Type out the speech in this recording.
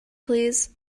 please